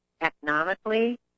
economically